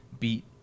beat